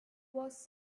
was